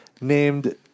named